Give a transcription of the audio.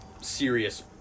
serious